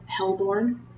hellborn